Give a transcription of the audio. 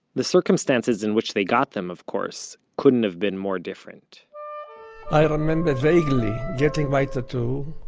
the circumstances in which they got them, of course, couldn't have been more different i remember vaguely getting my tattoo.